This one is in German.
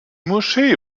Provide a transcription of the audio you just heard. moschee